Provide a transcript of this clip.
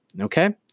Okay